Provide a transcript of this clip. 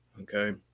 Okay